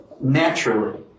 naturally